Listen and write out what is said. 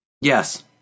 Yes